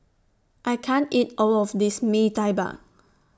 I can't eat All of This Mee Tai Mak